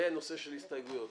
ונושא של הסתייגויות.